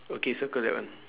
okay circle that one